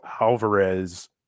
Alvarez